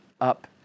up